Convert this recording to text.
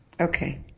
Okay